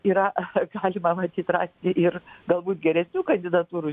yra galima matyt rasti ir galbūt geresnių kandidatūrų